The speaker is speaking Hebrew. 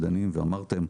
דנים ואמרתם,